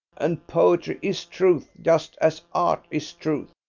and poetry is truth just as art is truth,